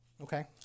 Okay